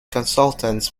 consultants